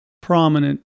prominent